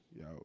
Yo